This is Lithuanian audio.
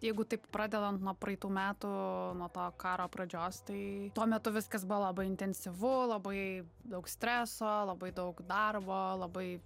jeigu taip pradedant nuo praeitų metų nuo to karo pradžios tai tuo metu viskas buvo labai intensyvu labai daug streso labai daug darbo labai